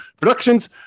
Productions